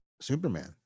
Superman